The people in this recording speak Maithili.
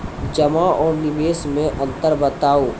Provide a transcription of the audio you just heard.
जमा आर निवेश मे अन्तर बताऊ?